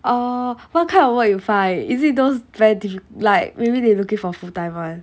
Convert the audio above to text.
oh what kind of work you find is it those very diff like maybe they looking for full time [one]